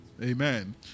Amen